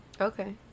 Okay